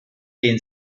den